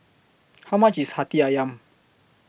How much IS Hati Ayam